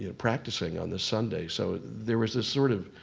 ah practicing on this sunday. so there was this sort of